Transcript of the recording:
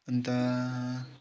अन्त